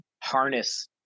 harness